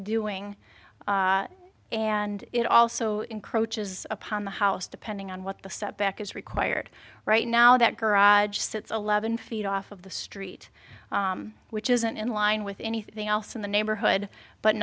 doing and it also encroaches upon the house depending on what the step back is required right now that garage sits eleven feet off of the street which isn't in line with anything else in the neighborhood but